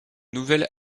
nouvel